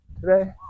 today